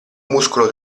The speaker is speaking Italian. muscolo